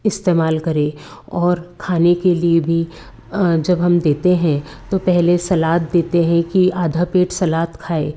इस्तेमाल करें और खाने के लिए भी जब हम देते हैं तो पहले सलाद देते हैं कि आधा पेट सलाद खाए